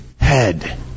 head